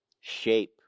shape